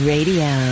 Radio